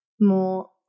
more